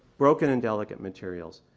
broken and delicate materials,